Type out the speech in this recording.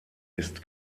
ist